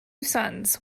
sons